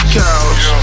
couch